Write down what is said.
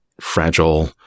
fragile